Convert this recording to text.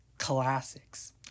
Classics